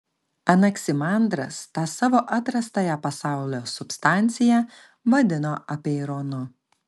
anaksimandras tą savo atrastąją pasaulio substanciją vadino apeironu